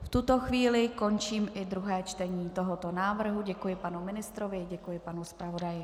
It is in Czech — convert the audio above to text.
V tuto chvíli končím i druhé čtení tohoto návrhu, děkuji panu ministrovi, děkuji panu zpravodaji